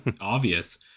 obvious